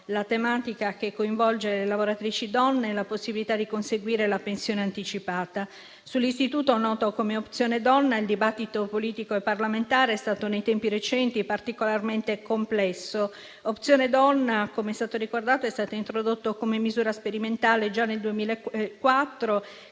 la tematica che coinvolge le lavoratrici donne e la possibilità di conseguire la pensione anticipata. Sull'istituto noto come Opzione donna il dibattito politico e parlamentare è stato nei tempi recenti particolarmente complesso. Opzione donna - come è stato ricordato - è stata introdotta come misura sperimentale già nel 2004: